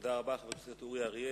תודה רבה, חבר הכנסת אורי אריאל.